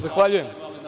Zahvaljujem.